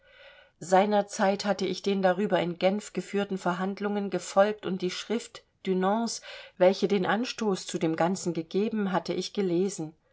seiner zeit hatte ich den darüber in genf geführten verhandlungen gefolgt und die schrift dunants welche den anstoß zu dem ganzen gegeben hatte ich gelesen